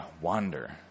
wander